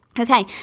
Okay